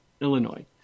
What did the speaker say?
Illinois